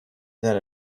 that